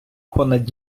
понад